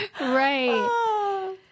Right